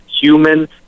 human